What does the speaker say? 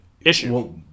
issue